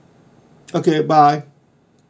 okay bye